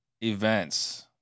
events